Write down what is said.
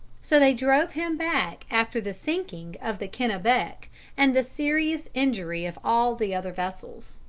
so they drove him back after the sinking of the kennebec and the serious injury of all the other vessels.